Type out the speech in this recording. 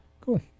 Cool